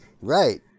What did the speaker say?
right